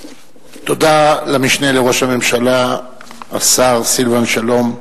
תודה למשנה לראש הממשלה, השר סילבן שלום.